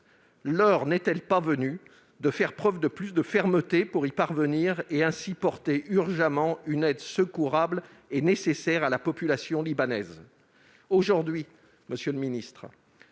L'heure n'est-elle pas venue de faire preuve de plus de fermeté pour y parvenir et, ainsi, porter urgemment une aide secourable et nécessaire à la population libanaise ?